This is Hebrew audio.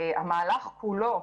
המהלך כולו,